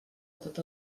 tot